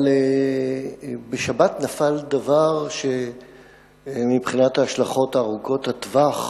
אבל בשבת נפל דבר שמבחינת ההשלכות ארוכות הטווח